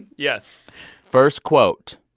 yes first quote.